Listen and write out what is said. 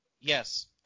Yes